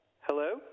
Hello